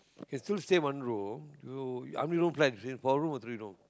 you can still stay one room you how many room plan four room or three room